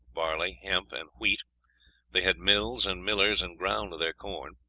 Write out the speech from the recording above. barley, hemp, and wheat they had mills and millers, and ground their corn.